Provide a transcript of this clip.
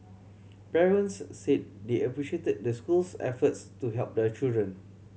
parents said they appreciated the school's efforts to help their children